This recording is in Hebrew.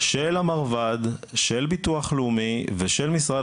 של המרב"ד ושל ביטוח לאומי ושל משרד